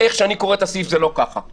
איך שאני קורא את הסעיף, זה לא ככה.